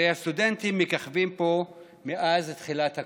הרי הסטודנטים מככבים פה מאז תחילת הקורונה,